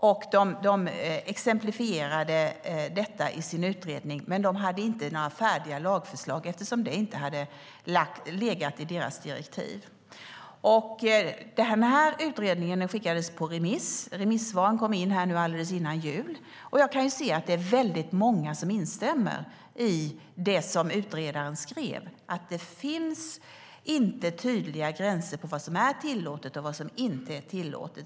De exemplifierade detta i sin utredning, men de hade inte några färdiga lagförslag, eftersom detta inte legat i deras direktiv. Utredningen skickades på remiss, och remissvaren kom in alldeles före jul. Det är väldigt många som instämmer i det som utredaren skrev: att det inte finns tydliga gränser för vad som är tillåtet och vad som inte är det.